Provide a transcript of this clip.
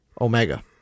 Omega